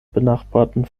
benachbarten